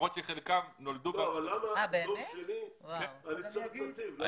למרות שחלקם נולדו בארצות הברית.